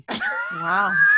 Wow